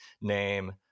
name